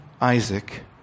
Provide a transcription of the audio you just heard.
Isaac